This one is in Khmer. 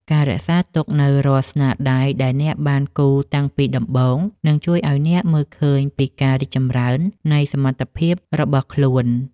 ការរក្សាទុកនូវរាល់ស្នាដៃដែលអ្នកបានគូរតាំងពីដំបូងនឹងជួយឱ្យអ្នកមើលឃើញពីការរីកចម្រើននៃសមត្ថភាពរបស់ខ្លួន។